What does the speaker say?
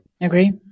agree